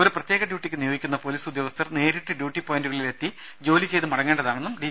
ഒരു പ്രത്യേക ഡ്യൂട്ടിക്ക് നിയോഗിക്കുന്ന പോലീസ് ഉദ്യോഗസ്ഥർ നേരിട്ട് ഡ്യൂട്ടി പോയിന്റുകളിൽ എത്തി ജോലി ചെയ്ത് മടങ്ങേണ്ടതാണെന്നും ഡി